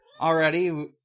Already